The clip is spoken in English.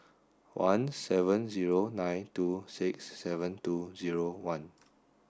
one seven zero nine two six seven two zero one